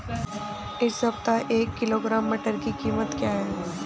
इस सप्ताह एक किलोग्राम मटर की कीमत क्या है?